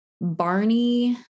Barney